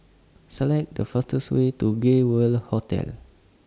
Select The fastest Way to Gay World Hotel